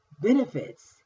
benefits